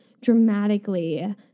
dramatically